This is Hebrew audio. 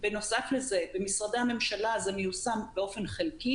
בנוסף לזה, במשרדי הממשלה זה מיושם באופן חלקי.